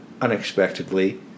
unexpectedly